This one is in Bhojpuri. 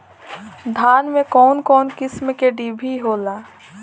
धान में कउन कउन किस्म के डिभी होला?